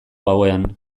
gauean